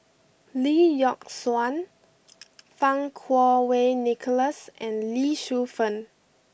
Lee Yock Suan Fang Kuo Wei Nicholas and Lee Shu Fen